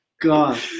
God